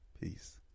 Peace